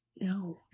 No